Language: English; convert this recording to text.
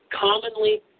commonly